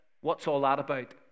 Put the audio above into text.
what's-all-that-about